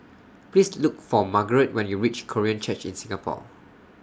Please Look For Margarette when YOU REACH Korean Church in Singapore